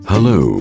Hello